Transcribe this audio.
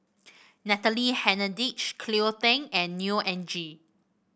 Natalie Hennedige Cleo Thang and Neo Anngee